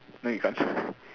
no you can't